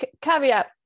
caveat